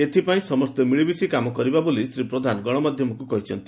ଏଥ୍ପାଇଁ ସମ ମିଳିମିଶି କାମ କରିବା ବୋଲି ଶ୍ରୀ ପ୍ରଧାନ ଗଣମାଧ୍ୟମକୁ କହିଛନ୍ତି